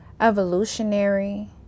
evolutionary